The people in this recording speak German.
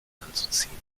anzuziehen